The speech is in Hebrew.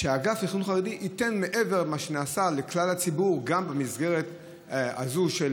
האגף לתכנון חרדי ייתן מעבר למה שנעשה לכלל הציבור במסגרת הזאת של